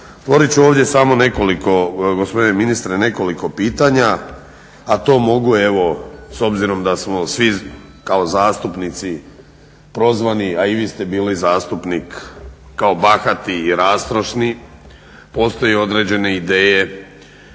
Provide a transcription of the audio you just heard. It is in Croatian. Otvorit ću ovdje samo nekoliko gospodine ministre nekoliko pitanja, a to mogu s obzirom da smo svi kao zastupnici prozvani, a i vi ste bili zastupnik kao bahati i rastrošni. Postoje određene ideje